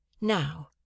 Now